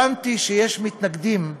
הבנתי שיש מתנגדים,